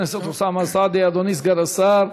אדוני סגן השר.